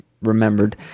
remembered